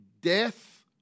Death